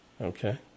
okay